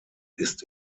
ist